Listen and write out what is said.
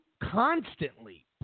constantly